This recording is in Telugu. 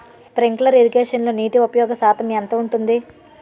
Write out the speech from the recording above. స్ప్రింక్లర్ ఇరగేషన్లో నీటి ఉపయోగ శాతం ఎంత ఉంటుంది?